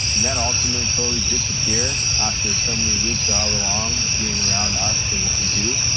and that ultimately totally disappears after so many weeks or however long of being around us and what we do.